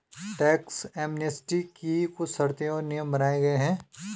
tax amnesty की कुछ शर्तें और नियम बनाये गये हैं